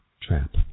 trap